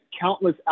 countless